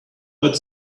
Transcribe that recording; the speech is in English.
but